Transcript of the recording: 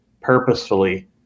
purposefully